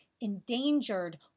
endangered